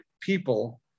people